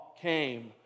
came